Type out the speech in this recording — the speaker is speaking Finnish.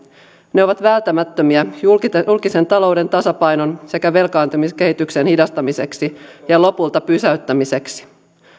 ne ovat välttämättömiä julkisen talouden tasapainon sekä velkaantumiskehityksen hidastamiseksi ja lopulta pysäyttämiseksi